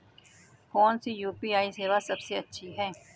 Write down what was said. कौन सी यू.पी.आई सेवा सबसे अच्छी है?